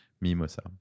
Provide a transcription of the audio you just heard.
mimosa